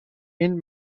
این